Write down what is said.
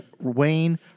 wayne